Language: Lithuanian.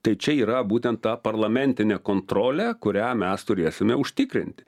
tai čia yra būtent ta parlamentinė kontrolė kurią mes turėsime užtikrinti